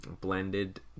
blended